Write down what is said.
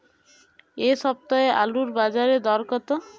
এ সপ্তাহে আলুর বাজারে দর কত?